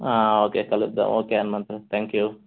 okay కలుద్దాం okay అన్న thank you